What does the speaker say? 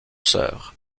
sœurs